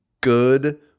good